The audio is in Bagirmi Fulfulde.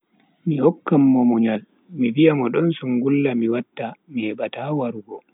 Mi hokkan mo munyal, mi viya mo don sungulla mi watta mi hebata warugo.